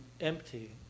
empty